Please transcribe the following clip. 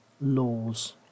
laws